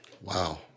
Wow